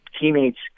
teammates